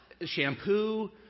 shampoo